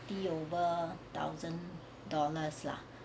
~ty over thousand dollars lah